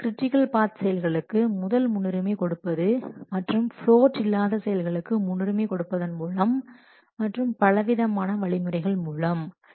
அவைகள் critical path செயல்களுக்கு முதல் முன்னுரிமை கொடுப்பது மற்றும் பிளோட் இல்லாத செயல்களுக்கு முன்னுரிமை கொடுப்பதன் மூலம் மற்றும் பல விதமான வழிமுறைகள் மூலம்